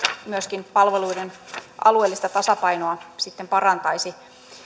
myöskin palveluiden alueellista tasapainoa sitten parantaisi